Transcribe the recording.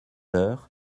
heures